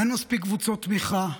אין מספיק קבוצות תמיכה.